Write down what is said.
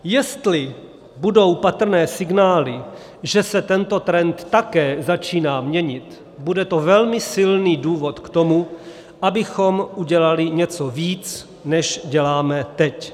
Jestli budou patrné signály, že se tento trend také začíná měnit, bude to velmi silný důvod k tomu, abychom udělali něco víc, než děláme teď.